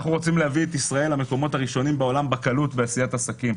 אנחנו רוצים להביא את ישראל למקומות הראשונים בעולם בקלות בעשיית עסקים.